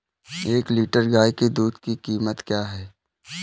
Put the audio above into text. एक लीटर गाय के दूध की कीमत क्या है?